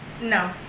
No